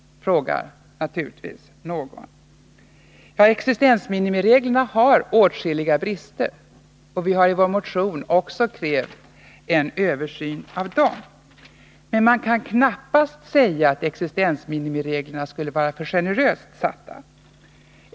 frågar naturligtvis någon. Ja, existensminimireglerna har åtskilliga brister, och vi hari vår motion också krävt en översyn av dem. Men man kan knappast säga att existensminimireglerna skulle vara för generöst satta.